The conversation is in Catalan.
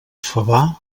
favar